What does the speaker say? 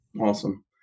Awesome